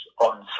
on